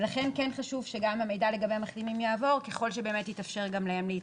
"וכן מידע לעידוד התחסנות",